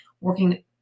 working